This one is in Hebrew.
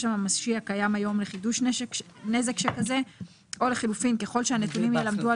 הממשי הקיים היום לחידוש נזק שכזה או לחילופין ככל שהנתונים ילמדו על